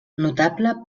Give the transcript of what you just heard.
notable